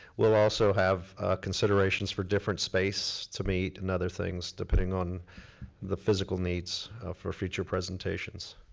we'll also have considerations for different space to meet and other things, depending on the physical needs for future presentations.